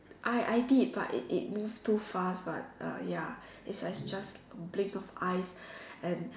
I I did but it it move too fast what uh ya it's as just blink of eyes and